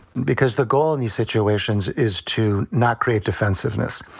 because the goal in these situations is to not create defensiveness.